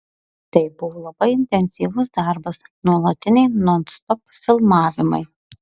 tai buvo labai intensyvus darbas nuolatiniai nonstop filmavimai